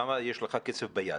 כמה יש לך כסף ביד?